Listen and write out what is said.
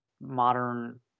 modern